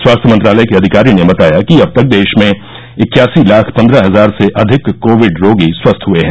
स्वास्थ्य मंत्रालय के अधिकारी ने बताया कि अब तक देश में इक्यासी लाख पन्द्रह हजार से अधिक कोविड रोगी स्वस्थ हुए हैं